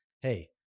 hey